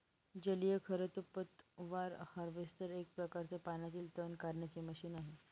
जलीय खरपतवार हार्वेस्टर एक प्रकारच पाण्यातील तण काढण्याचे मशीन आहे